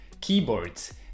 keyboards